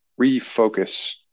refocus